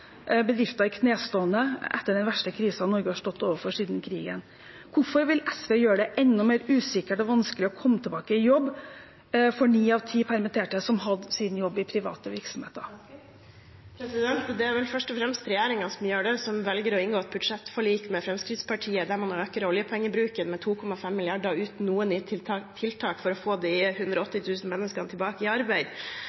bedrifter i knestående etter den verste krisen Norge har stått overfor siden krigen. Hvorfor vil SV gjøre det enda mer usikkert og vanskelig å komme tilbake i jobb for ni av ti permitterte, som hadde sin jobb i private virksomheter? Det er vel først og fremst regjeringen som gjør det, som velger å inngå et budsjettforlik med Fremskrittspartiet, der man øker oljepengebruken med 2,5 mrd. kr uten noen nye tiltak for å få de